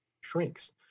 shrinks